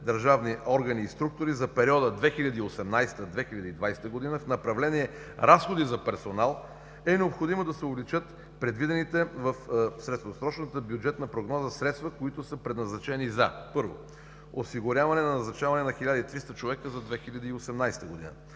държавни органи и структури за периода 2018 – 2020 г. в направление „Разходи за персонал“ е необходимо да се увеличат предвидените в средносрочната бюджетна прогноза средства, които са предназначени за: Първо, осигуряване и назначаване на 1300 човека за 2018 г.